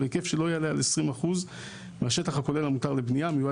בהיקף שלא יעלה על 20% מהשטח הכולל המותר לבנייה המיועד